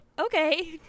Okay